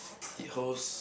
it holds